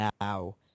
now